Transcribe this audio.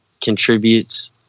contributes